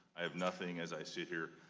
i have nothing, as i sit here,